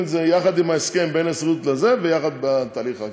את זה יחד עם ההסכם בין ההסתדרות לזה ויחד עם התהליך.